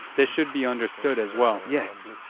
this should be understood as well. yes,